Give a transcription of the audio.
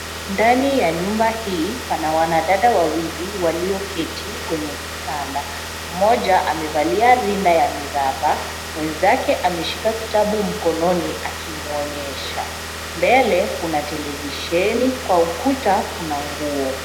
Ndani ya nyuma hii, pana wanadada wawili walioketi kwenye kitanda. Mmoja amevalia rinda ya miraba, mwenzake ameshika kitabu mkononi, akimuonyesha. Mbele kuna televisheni. Kwa ukuta kuna nguo.